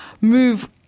move